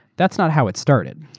that's not how it started.